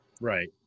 right